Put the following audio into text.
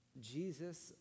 Jesus